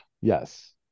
Yes